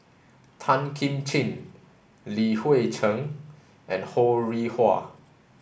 Tan Kim Ching Li Hui Cheng and Ho Rih Hwa